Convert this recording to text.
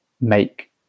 make